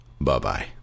Bye-bye